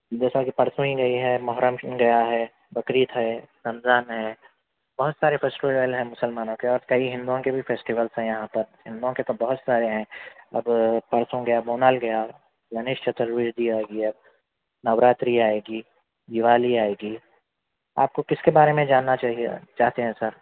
جیسا کہ پرسوں ہی گئی ہے محرّم گیا ہے بقرعید ہے رمضان ہے بہت سارے فیسٹول ہیں مسلمانوں کے اور کئی ہندوؤں کے بھی فیسٹولس ہیں یہاں پر ہندوؤں کے تو بہت سارے ہیں اب پرسوں گیا بونال گیا گنیش چترتھی آ گیا نوراتری آئے گی دیوالی آئے گی آپ کو کس کے بارے میں جاننا چاہیے چاہتے ہیں سر